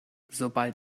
sobald